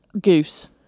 goose